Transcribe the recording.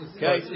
Okay